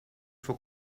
for